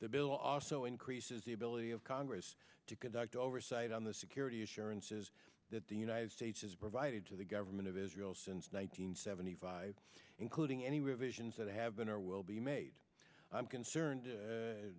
the bill also increases the ability of congress to conduct oversight on the security assurances that the united states has provided to the government of israel since one thousand nine hundred seventy five including any revisions that have been or will be made i'm concerned